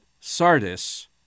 Sardis